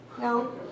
No